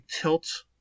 tilt